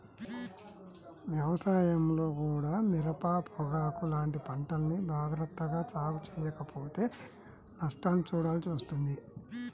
వ్యవసాయంలో కూడా మిరప, పొగాకు లాంటి పంటల్ని జాగర్తగా సాగు చెయ్యకపోతే నష్టాల్ని చూడాల్సి వస్తుంది